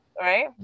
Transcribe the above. Right